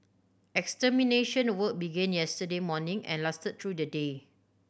extermination work began yesterday morning and lasted through the day